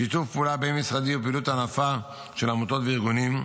שיתוף פעולה בין-משרדי ופעילות ענפה של עמותות וארגונים.